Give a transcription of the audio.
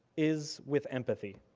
is with empathy.